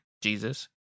Jesus